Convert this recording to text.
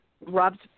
Rob's –